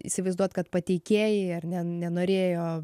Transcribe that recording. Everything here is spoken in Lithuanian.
įsivaizduot kad pateikėjai ar ne nenorėjo